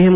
એમ